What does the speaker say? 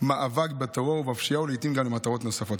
מאבק בטרור ובפשיעה, ולעיתים גם למטרות נוספות.